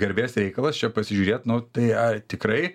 garbės reikalas čia pasižiūrėt nu tai ar tikrai